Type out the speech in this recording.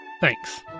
Thanks